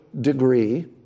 degree